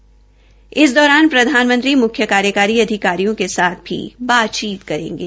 इस समारोह के दौरान प्रधानमंत्री म्ख्य कार्यकारी अधिकारियों साथ भी बातचीत करेंगे